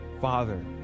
father